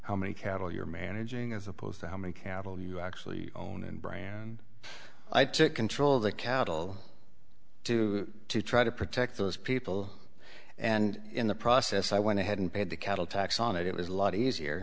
how many cattle you're managing as opposed to how many cattle you actually own and bray i took control of the cattle to try to protect those people and in the process i went ahead and paid the cattle tax on it it was a lot easier